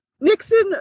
Nixon